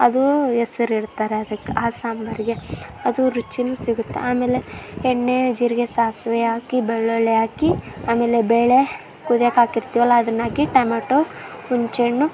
ಅದು ಹೆಸ್ರಿಡ್ತಾರ ಅದಕ್ಕೆ ಆ ಸಾಂಬಾರಿಗೆ ಅದು ರುಚಿನೂ ಸಿಗುತ್ತೆ ಆಮೇಲೆ ಎಣ್ಣೆ ಜೀರಿಗೆ ಸಾಸಿವೆ ಹಾಕಿ ಬೆಳ್ಳುಳ್ಳಿ ಹಾಕಿ ಆಮೇಲೆ ಬೇಳೆ ಕುದಿಯೋಕ್ಕಾಕಿರ್ತೀವಲ ಅದನ್ನಾಕಿ ಟಮಾಟೊ ಹುನ್ಚೆಣ್ಣು